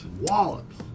Wallops